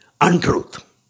untruth